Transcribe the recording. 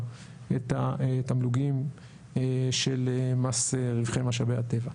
את התמלוגים של מס רווחי משאבי הטבע.